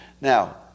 Now